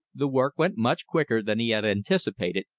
the work went much quicker than he had anticipated,